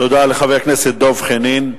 תודה לחבר הכנסת דב חנין.